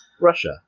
Russia